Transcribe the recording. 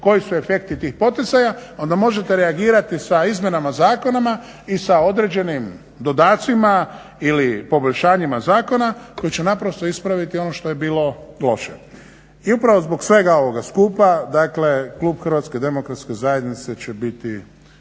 koji su efekti tih poticaja onda možete reagirati sa izmjenama zakona i sa određenim dodacima ili poboljšanjima zakona koji će naprosto ispraviti ono što je bilo loše. I upravo zbog svega ovoga skupa dakle klub HDZ-a će biti